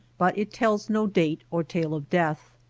but it tells no date or tale of death.